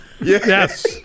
Yes